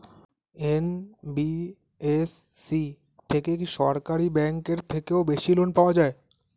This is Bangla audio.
এন.বি.এফ.সি থেকে কি সরকারি ব্যাংক এর থেকেও বেশি লোন পাওয়া যায়?